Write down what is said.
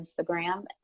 Instagram